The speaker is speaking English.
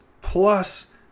plus